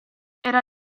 era